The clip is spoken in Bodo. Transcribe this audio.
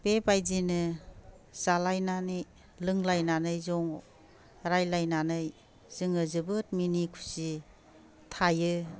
बेबायदिनो जालायनानै लोंलायनानै ज' रायलायनानै जोङो जोबोर मिनि खुसि थायो